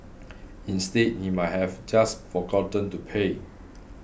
instead he might have just forgotten to pay